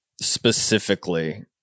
Specifically